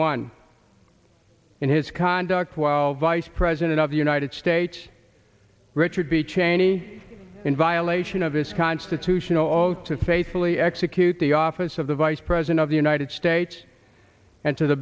one in his conduct while vice president of the united states richard b cheney in violation of his constitutional oath to faithfully execute the office of the vice president of the united states and to the